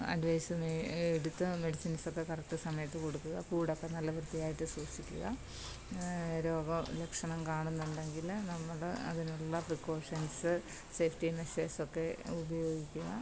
advice മേ എടുത്ത് medicines ഒക്കെ കറക്ട് സമയത്ത് കൊടുത്ത് കൂടൊക്കെ നല്ല വൃത്തിയായിട്ട് സൂക്ഷിക്കുക രോഗോ ലക്ഷണം കാണുന്നുണ്ടെങ്കില് നമ്മള് അതിനുള്ള പ്രികോഷൻസ് സേഫ്റ്റി മെഷേസ് ഒക്കെ ഉപയോഗിക്കുക